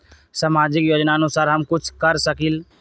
सामाजिक योजनानुसार हम कुछ कर सकील?